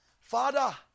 Father